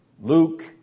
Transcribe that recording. Luke